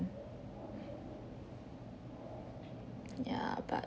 ya but